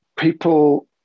people